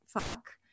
fuck